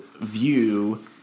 view